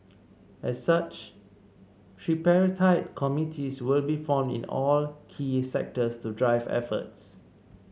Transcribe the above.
as such tripartite committees will be formed in all key sectors to drive efforts